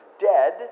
dead